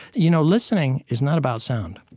you know, listening is not about sound.